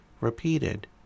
repeated